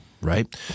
right